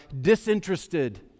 disinterested